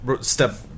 step